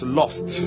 lost